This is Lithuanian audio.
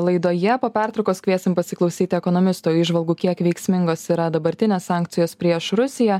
laidoje po pertraukos kviesim pasiklausyti ekonomisto įžvalgų kiek veiksmingos yra dabartinės sankcijos prieš rusiją